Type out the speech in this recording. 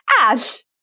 Ash